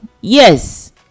Yes